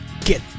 Get